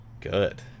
good